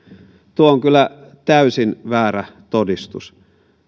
tuo on kyllä täysin väärä todistus